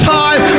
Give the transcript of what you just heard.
time